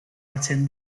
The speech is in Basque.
hartzen